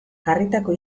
jarritako